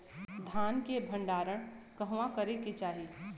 धान के भण्डारण कहवा करे के चाही?